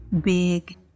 big